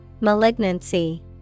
Malignancy